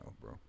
bro